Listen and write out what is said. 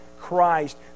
Christ